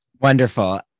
Wonderful